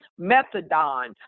methadone